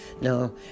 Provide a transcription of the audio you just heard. no